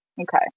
Okay